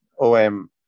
OM